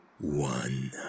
one